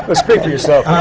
but speak for yourself,